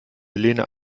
helena